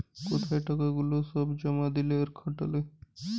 কোথায় টাকা গুলা সব জমা দিলে আর খাটালে